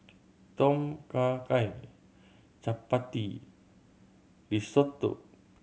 Tom Kha Gai Chapati Risotto